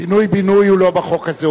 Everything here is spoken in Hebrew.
פינוי-בינוי הוא לא בחוק הזה.